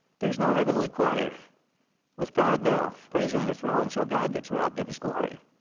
there's no heavenly choir with god now praising the throne. so god gets robbed of his glory.